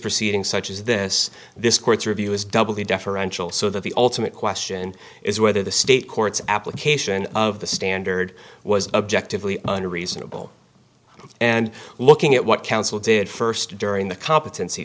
proceeding such as this this court's review is doubly deferential so that the ultimate question is whether the state courts application of the standard was objective and reasonable and looking at what counsel did first during the competency